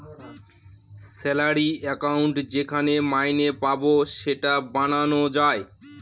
salary account যেখানে মাইনে পাবো সেটা বানানো যায়